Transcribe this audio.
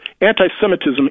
Anti-Semitism